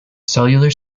cellular